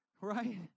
Right